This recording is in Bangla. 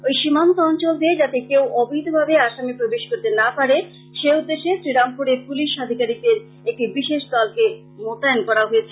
ওই সীমান্ত অঞ্চল দিয়ে যাতে কেউ অবৈধ ভাবে আসামে প্রবেশ করতে না পারে সেই উদ্দেশ্যে শ্রীরামপুরে পলিশ আধিকারিকদের একটি বিশেষ দলকে মোতায়ন করা হয়েছে